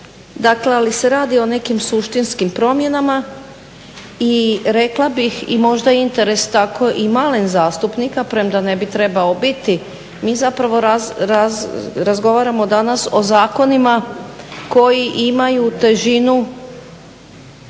Dakle, ali se radi o nekim suštinskim promjenama i rekla bih i možda je interes tako i malen zastupnika premda ne bi trebao biti, mi zapravo razgovaramo danas o zakonima koji imaju težinu